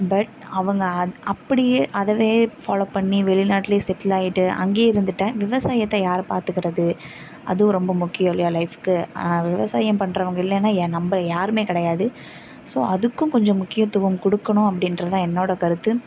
but அவங்க அப்படியே அதயே ஃபாலோவ் பண்ணி வெளிநாட்டிலே செட்டில் ஆகிட்டு அங்கேயே இருந்துவிட்டா விவசாயத்தை யார் பாத்துக்கிறது அதுவும் ரொம்ப முக்கியம் இல்லையா லைஃப்புக்கு ஆனால் விவசாயம் பண்ணுறவங்க இல்லைன்னா ஏன் நம்ம யாருமே கிடையாது ஸோ அதுக்கும் கொஞ்சம் முக்கியத்துவம் கொடுக்கணும் அப்படின்றது தான் என்னோடய கருத்து